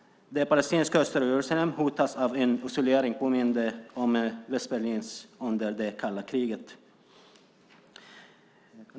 Det palestinska östra Jerusalem hotas av en isolering som påminner om Västberlins under det kalla kriget.